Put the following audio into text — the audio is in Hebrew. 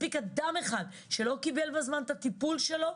מספיק אדם אחד שלא קיבל בזמן את הטיפול שלו,